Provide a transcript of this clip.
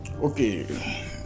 okay